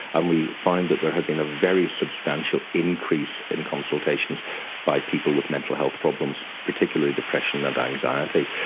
and we found that there had been a very substantial increase in consultations by people with mental health problems, particularly depression and anxiety.